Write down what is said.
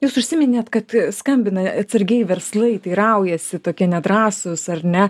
jūs užsiminėt kad skambina atsargiai verslai teiraujasi tokie nedrąsūs ar ne